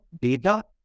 data